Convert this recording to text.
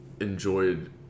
enjoyed